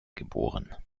geboren